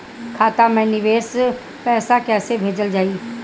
खाता से विदेश पैसा कैसे भेजल जाई?